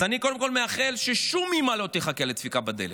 אז אני קודם כול מאחל ששום אימא לא תחכה לדפיקה בדלת,